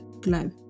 Glow